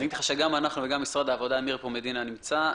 אמיר מדינה נמצא.